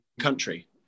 country